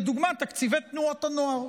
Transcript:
לדוגמה תקציבי תנועות הנוער.